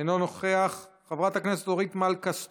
אינו נוכח, חברת הכנסת אורית מלכה סטרוק,